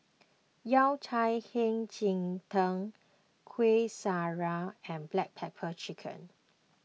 Yao Cai Hei Ji Tang Kuih Syara and Black Pepper Chicken